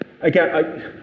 again